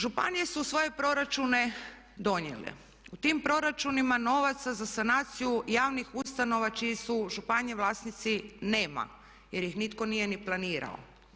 Županije su svoje proračune donijele, u tim proračunima novaca za sanaciju javnih ustanova čije su županije vlasnici nema jer ih nitko nije ni planirao.